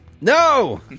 No